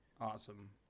awesome